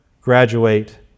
graduate